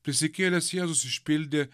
prisikėlęs jėzus išpildė